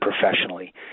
professionally